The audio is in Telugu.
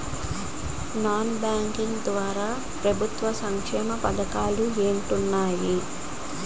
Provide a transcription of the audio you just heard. నాన్ బ్యాంకింగ్ ద్వారా ప్రభుత్వ సంక్షేమ పథకాలు ఏంటి ఉన్నాయి?